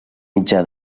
mitjà